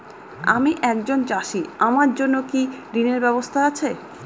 আমি একজন চাষী আমার জন্য কি ঋণের ব্যবস্থা আছে?